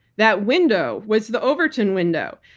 that window was the overton window.